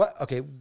Okay